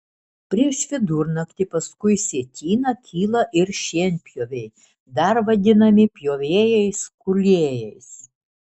prieš vidurnaktį paskui sietyną kyla ir šienpjoviai dar vadinami pjovėjais kūlėjais